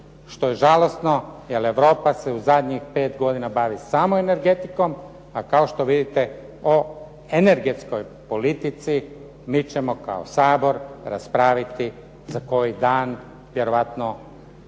što je žalosno jer Europa se u zadnjih pet godina bavi samo energetikom, a kao što vidite o energetskoj politici mi ćemo kao Sabor raspraviti za koji dan, vjerojatno